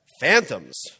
phantoms